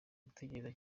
gutekereza